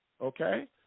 okay